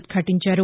ఉద్ఘాటించారు